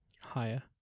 Higher